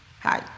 Hi